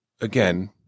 again